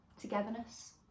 togetherness